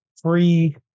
free